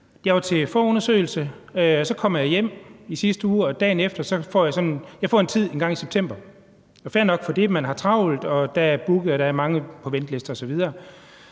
Jeg var til forundersøgelse, og så kommer jeg hjem i sidste uge, og dagen efter får jeg tid engang i september. Fair nok, man har travlt, der er booket, der er mange på venteliste osv.